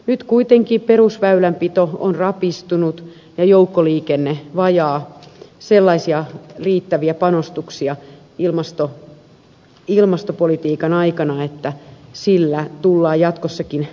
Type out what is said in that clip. nyt kuitenkin perusväylänpito on rapistunut ja joukkoliikenne vailla sellaisia riittäviä panostuksia ilmastopolitiikan aikana että niillä tullaan jatkossakin toimeen